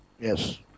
Yes